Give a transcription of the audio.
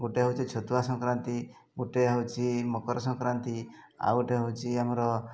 ଗୋଟେ ହେଉଛି ଛତୁଆ ସଂକ୍ରାନ୍ତି ଗୋଟେ ହେଉଛି ମକର ସଂକ୍ରାନ୍ତି ଆଉ ଗୋଟେ ହେଉଛି ଆମର